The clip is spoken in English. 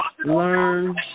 Learn